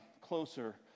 closer